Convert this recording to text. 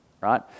Right